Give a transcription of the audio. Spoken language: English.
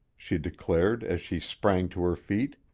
she declared as she sprang to her feet.